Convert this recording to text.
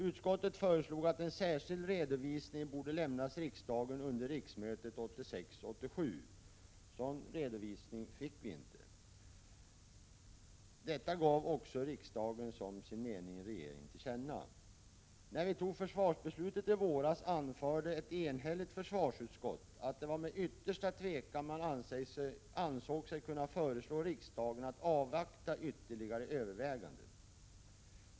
Utskottet föreslog att en särskild redovisning borde lämnas riksdagen under riksmötet 1986/87. Detta gav också riksdagen som sin mening regeringen till känna. Någon sådan redovisning fick vi emellertid inte. När vi i våras tog försvarsbeslutet, anförde ett enigt försvarsutskott att det var med yttersta tvekan man ansåg sig kunna föreslå riksdagen att avvakta ytterligare överväganden.